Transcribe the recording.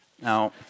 Now